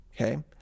Okay